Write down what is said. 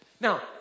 Now